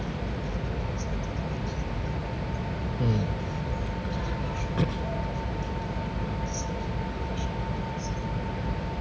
mm